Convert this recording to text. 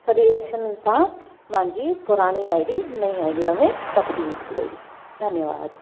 सॼे एक्शन सां मुंहिंजी पुराणी आई डी नई आईडीअ में तब्दील थी वई धन्यवाद